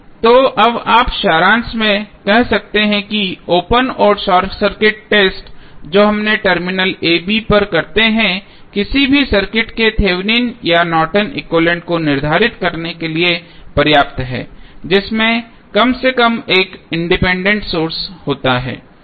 तो अब आप सारांश में कह सकते हैं कि ओपन और शॉर्ट सर्किट टेस्ट जो हम टर्मिनल a b पर करते हैं किसी भी सर्किट के थेवेनिन या नॉर्टन एक्विवैलेन्ट Nortons equivalent को निर्धारित करने के लिए पर्याप्त हैं जिसमें कम से कम एक इंडिपेंडेंट सोर्स होता है